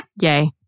Yay